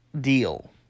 deal